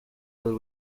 will